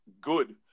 good